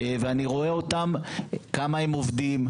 אני רואה כמה הם עובדים,